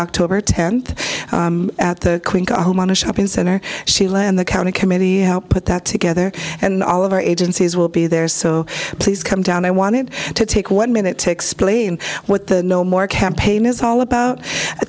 october tenth at the queen go home on a shopping center she led the county committee helped put that together and all of our agencies will be there so please come down i wanted to take one minute to explain what the no more campaign is all about i